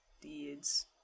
deeds